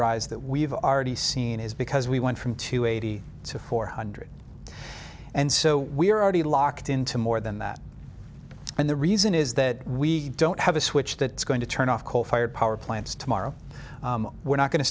rise that we've already seen is because we went from two eighty to four hundred and so we're already locked into more than that and the reason is that we don't have a switch that it's going to turn off coal fired power plants tomorrow we're not going to